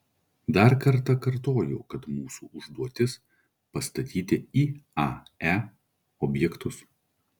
dar kartą kartoju kad mūsų užduotis pastatyti iae objektus